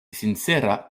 sincera